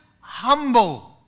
humble